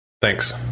thanks